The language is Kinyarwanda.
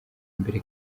imbere